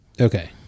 Okay